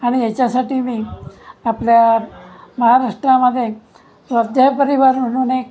आणि याच्यासाठी मी आपल्या महाराष्ट्रामध्ये स्वाध्याय परिवार म्हणून एक